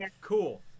Cool